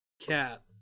Cat